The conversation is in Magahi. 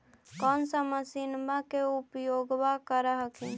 कौन सा मसिन्मा मे उपयोग्बा कर हखिन?